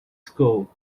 school